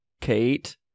Kate